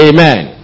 Amen